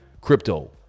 Crypto